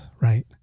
right